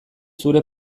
zure